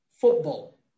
Football